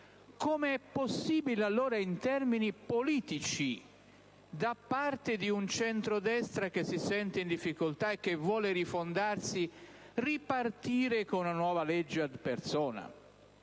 Come è possibile allora, in termini politici, da parte di un centrodestra che si sente in difficoltà e che vuole rifondarsi, ripartire con una nuova legge *ad personam*?